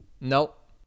Nope